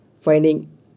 finding